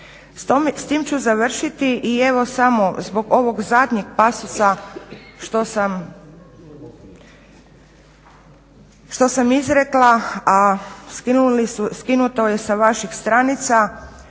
S tim ću završiti i evo samo zbog ovog zadnjeg pasusa što sam izrekla, a skinuto je sa vaših stranica